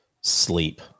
sleep